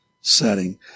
setting